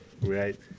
right